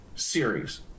series